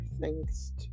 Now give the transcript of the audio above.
thanks